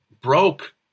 broke